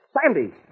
Sandy